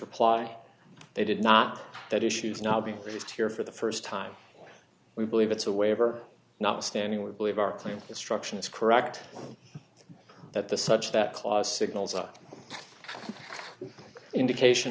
reply they did not that issues not be released here for the st time we believe it's a waiver not withstanding we believe our claim instruction is correct that the such that clause signals up indication